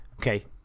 Okay